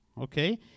okay